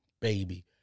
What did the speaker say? baby